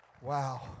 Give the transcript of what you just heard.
Wow